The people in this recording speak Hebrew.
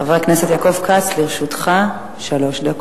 חבר הכנסת יעקב כץ, לרשותך שלוש דקות.